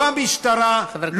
לא המשטרה,